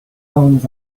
arms